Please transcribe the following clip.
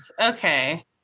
Okay